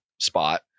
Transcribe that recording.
spot